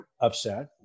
upset